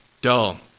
dull